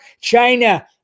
China